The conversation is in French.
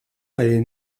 est